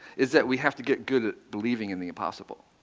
is that we have to get good at believing in the impossible,